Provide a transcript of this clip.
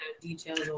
details